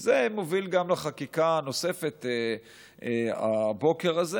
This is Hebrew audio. וזה מוביל גם לחקיקה הנוספת הבוקר הזה,